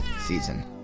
season